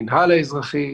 אנשי המינהל האזרחי,